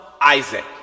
Isaac